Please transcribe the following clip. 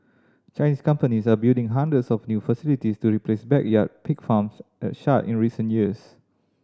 Chinese companies are building hundreds of new facilities to replace backyard pig farms that shut in recent years